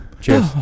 Cheers